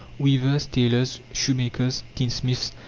weavers, tailors, shoemakers, tinsmiths,